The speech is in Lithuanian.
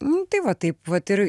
nu tai va taip vat ir